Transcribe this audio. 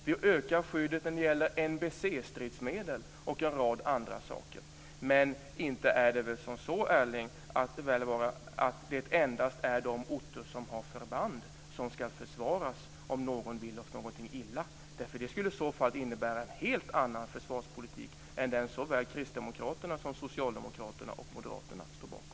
Vi ökar skyddet när det gäller NBC-stridsmedel och en andra saker. Men inte är det väl som så, Erling Wälivaara, att det endast är de orter som har förband som ska försvaras om någon vill oss någonting illa? Det skulle i så fall innebära en helt annan försvarspolitik än den som såväl Kristdemokraterna som Socialdemokraterna och Moderaterna står bakom.